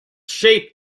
shape